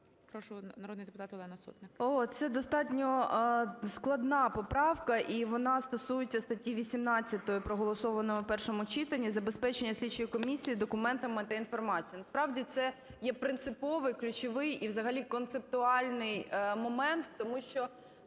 Прошу, народний депутат Олена Сотник. 12:57:24 СОТНИК О.С. О, це достатньо складна поправка. І вона стосується статті 18, проголосованої в першому читанні, "Забезпечення слідчої комісії документами та інформацією". Насправді, це є принциповий ключовий і взагалі концептуальний момент. Тому що